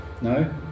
No